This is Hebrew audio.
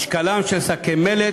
(משקלם של שקי מלט),